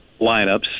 lineups